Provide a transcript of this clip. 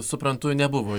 suprantu nebuvo